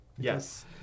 Yes